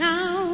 Now